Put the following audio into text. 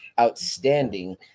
outstanding